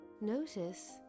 Notice